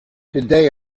today